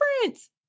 difference